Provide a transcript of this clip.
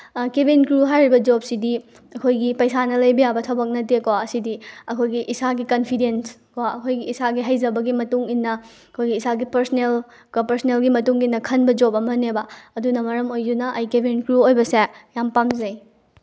cabin crew ꯍꯥꯏꯔꯤꯕ ꯖꯣꯕꯁꯤꯗꯤ ꯑꯩꯈꯣꯏꯒꯤ ꯄꯩꯁꯥꯅ ꯂꯩꯕ ꯌꯥꯕ ꯊꯕꯛ ꯅꯠꯇꯦꯀꯣ ꯑꯁꯤꯗꯤ ꯑꯩꯈꯣꯏꯒꯤ ꯏꯁꯥꯒꯤ ꯀꯟꯐꯤꯗꯦꯟꯀꯣ ꯑꯩꯈꯣꯏ ꯏꯁꯥꯒꯤ ꯍꯩꯖꯕꯒꯤ ꯃꯇꯨꯡ ꯏꯟꯅ ꯑꯩꯈꯣꯏ ꯏꯁꯥꯒꯤ ꯄꯔꯁꯅꯦꯜ ꯀꯣ ꯄꯔꯁꯅꯦꯜꯒꯤ ꯃꯇꯨꯡ ꯏꯟꯅ ꯈꯟꯕ ꯖꯣꯕ ꯑꯃꯅꯦꯕ ꯑꯗꯨꯅ ꯃꯔꯝ ꯑꯣꯏꯗꯨꯅ ꯑꯩ ꯀꯦꯕꯤꯟ ꯀ꯭ꯔꯨ ꯑꯣꯏꯕꯁꯦ ꯌꯥꯝ ꯄꯥꯝꯖꯩ